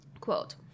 Quote